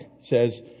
says